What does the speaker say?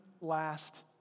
last